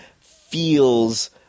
feels